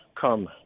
Come